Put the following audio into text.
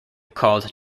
called